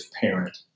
parent